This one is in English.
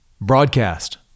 Broadcast